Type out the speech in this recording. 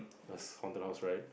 haunted house right